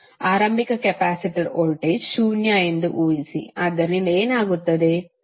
ಆರಂಭಿಕ capacitor voltage ಶೂನ್ಯ ಎಂದು ಊಹಿಸಿ ಆದ್ದರಿಂದ ಏನಾಗುತ್ತದೆ